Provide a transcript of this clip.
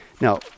Now